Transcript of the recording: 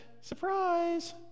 Surprise